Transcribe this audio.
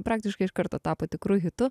praktiškai iš karto tapo tikru hitu